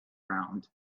round